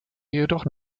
jedoch